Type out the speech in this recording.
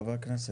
חברי הכנסת,